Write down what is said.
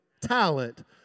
talent